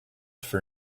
for